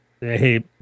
Hey